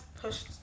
pushed